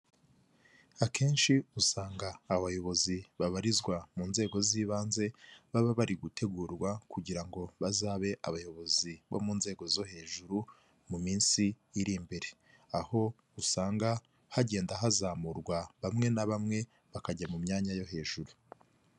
Akenshi usanga abayobozi babarizwa mu nzego z'ibanze baba bari gutegurwa kugira ngo bazabe abayobozi bo mu nzego zo hejuru mu minsi iri imbere, aho usanga hagenda hazamurwa bamwe na bamwe bakajya mu myanya yo hejuru.